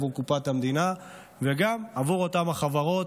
עבור קופת המדינה וגם עבור אותן החברות,